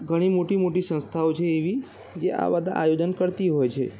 ઘણી મોટી મોટી સંસ્થાઓ છે એવી જે આ બધા આયોજન કરતી હોય છે